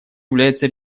является